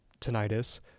tinnitus